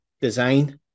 design